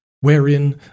wherein